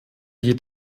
geht